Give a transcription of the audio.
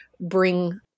bring